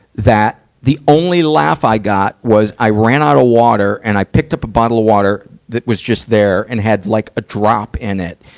that the only laugh i got was, i ran out of water, and i picked up a bottle of water that was just there and had, like, a drop in it.